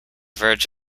verge